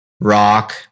rock